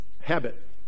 habit